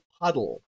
puddle